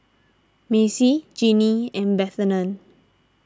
Macey Jinnie and Bethann